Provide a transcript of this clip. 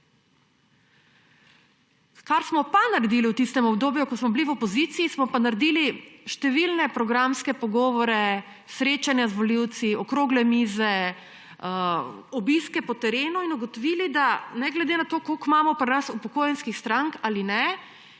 Kar smo pa naredili v tistem obdobju, ko smo bili v opoziciji, opravili smo številne programske pogovore, srečanja z volivci, okrogle mize, obiske po terenu in ugotovili, da ne glede na to, koliko imamo pri nas upokojenskih strank, je